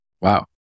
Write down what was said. Wow